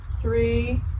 three